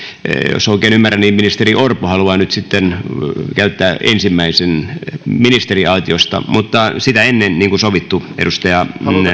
jos oikein ymmärrän niin ministeri orpo haluaa nyt sitten käyttää ensimmäisen ministeriaitiosta mutta sitä ennen niin kuin sovittu edustaja